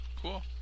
Cool